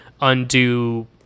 undo